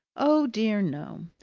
oh, dear, no!